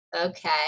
okay